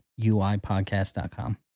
uipodcast.com